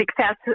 success